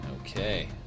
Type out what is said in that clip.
Okay